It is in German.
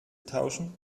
tauschen